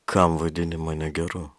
kam vadini mane geru